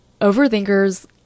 Overthinkers